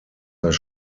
das